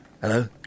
Hello